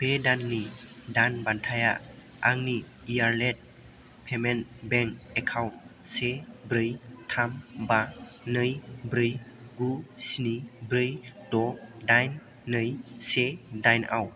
बे दाननि दानबान्थाया आंनि एयारलेट पेमेन्ट बेंक एकाउन्ट से ब्रै थाम बा नै ब्रै गु स्नि ब्रै द दाइन नै से दाइनआव